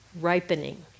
Ripening